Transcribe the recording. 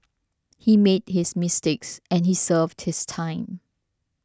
he made his mistakes and he served his time